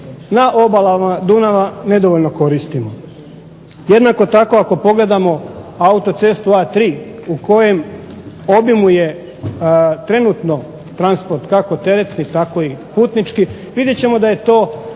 na obalama Dunava nedovoljno koristimo. Jednako tako ako pogledamo autocestu A3 u kojemu obijmu je trenutno transport, kako teretni tako i putnički, vidjet ćemo da je to